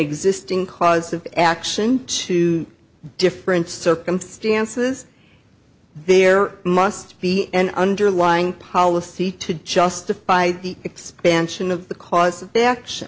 existing cause of action to different circumstances there must be an underlying policy to justify the expansion of the cause